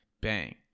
Bang